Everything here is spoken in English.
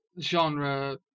genre